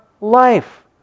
life